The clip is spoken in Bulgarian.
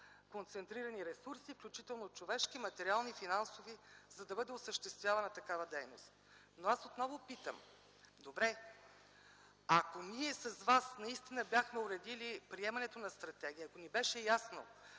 концентрирани ресурси, включително човешки, материални, финансови, за да бъде осъществявана такава дейност. Но аз отново питам: добре, ако ние с вас наистина бяхме уредили приемането на стратегия, ако ни беше ясно